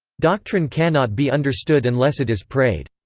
doctrine cannot be understood unless it is prayed.